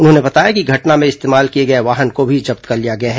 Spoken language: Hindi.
उन्होंने बताया कि घटना में इस्तेमाल किए गए वाहन को भी जब्त कर लिया गया है